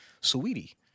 sweetie